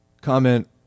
Comment